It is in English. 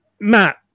Matt